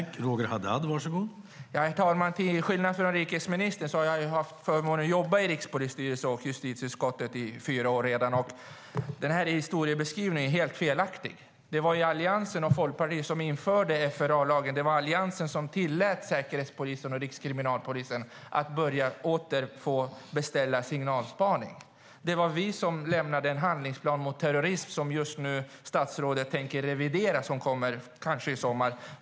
Herr talman! Till skillnad från inrikesministern har jag haft förmånen att jobba i Rikspolisstyrelsen och i justitieutskottet i fyra år. Det var vi som lämnade en handlingsplan mot terrorism, som statsrådet just nu tänker revidera. Den kommer kanske i sommar.